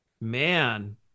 Man